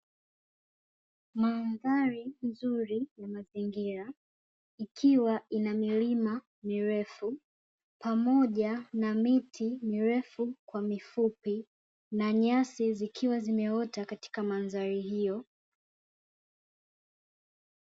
Mandhari nzuri ya mazingira ikiwa na milima mirefu pamoja na miti mirefu kwa mifupi na nyasi zikiwa zimeota katika mandhari hiyo